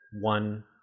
one